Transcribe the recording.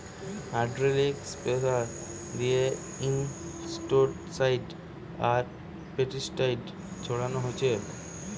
hydraulic sprayer দিয়ে insecticide আর pesticide ছোড়ানা হচ্ছে